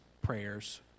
prayers